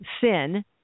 sin